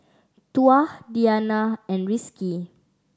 Tuah Diyana and Rizqi